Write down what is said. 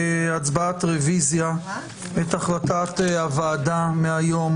להצבעת רוויזיה את החלטת הוועדה מהיום,